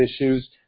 issues